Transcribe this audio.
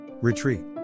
Retreat